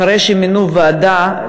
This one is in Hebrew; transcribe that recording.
אחרי שמינו ועדה,